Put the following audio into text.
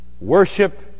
worship